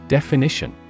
Definition